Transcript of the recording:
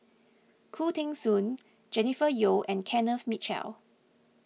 Khoo Teng Soon Jennifer Yeo and Kenneth Mitchell